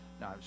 No